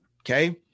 Okay